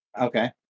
Okay